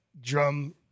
drum